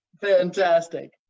Fantastic